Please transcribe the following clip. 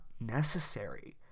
necessary